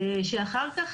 אחר כך,